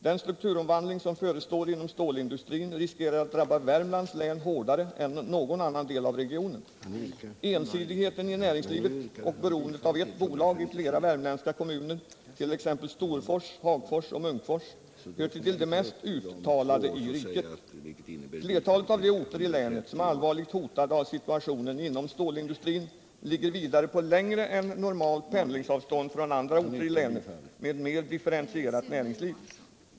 Den strukturomvandling som förestår inom stålindustrin riskerar att drabba Värmlands län hårdare än någon annan del av regionen. Ensidigheten i näringslivet och beroendet av ett bolag i flera värmländska kommuner, t.ex. Storfors, Hagfors och Munkfors, hör till de mest uttalade i riket. Flertalet av de orter i länet som är allvarligt hotade av situationen inom stålindustrin ligger vidare på längre pendlingsavstånd än normalt från andra orter i länet med mer differentierat näringsliv.